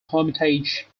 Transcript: hermitage